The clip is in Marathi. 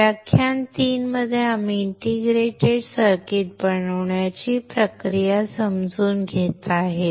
व्याख्यान 3 मध्ये आम्ही इंटिग्रेटेड सर्किट बनवण्याची प्रक्रिया समजून घेत आहोत